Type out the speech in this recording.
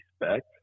respect